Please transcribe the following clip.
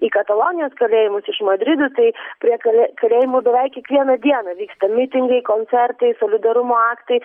į katalonijos kalėjimus iš madrido tai prie kalė kalėjimų beveik kiekvieną dieną vyksta mitingai koncertai solidarumo aktai